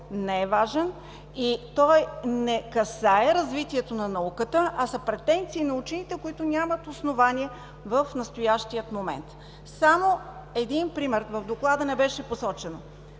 не е важен и той не касае развитието на науката, а са претенции на учените, които нямат основание в настоящия момент. Само един пример. В Доклада не беше посочено